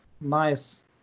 nice